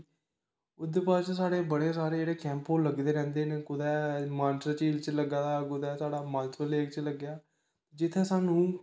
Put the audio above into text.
उद्धर बाद च साढ़े बड़े सारे जेह्ड़े कैंप ओह् लगदे रैंह्दे न कुदै मानसर झील च लग्गा दा कुदै साढ़ा मानसर लेक च लग्गेआ जित्थें सानूं